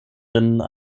sinn